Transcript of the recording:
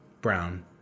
brown